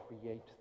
create